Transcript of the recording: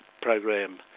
program